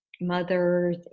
mother